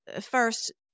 first